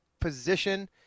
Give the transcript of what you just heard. position